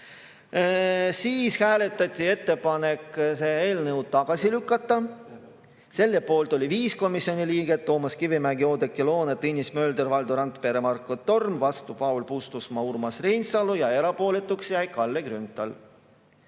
Siis hääletati ettepanekut see eelnõu tagasi lükata. Selle poolt oli 5 komisjoni liiget: Toomas Kivimägi, Oudekki Loone, Tõnis Mölder, Valdo Randpere ja Marko Torm, vastu olid Paul Puustusmaa ja Urmas Reinsalu ning erapooletuks jäi Kalle Grünthal.